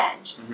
edge